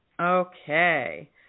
Okay